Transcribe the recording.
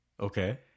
Okay